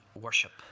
worship